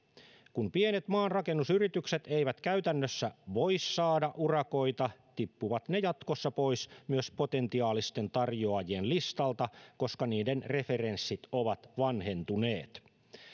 kun pienet maanrakennusyritykset eivät käytännössä voi saada urakoita tippuvat ne jatkossa pois myös potentiaalisten tarjoajien listalta koska niiden referenssit ovat vanhentuneet